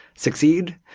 succeed.